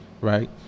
right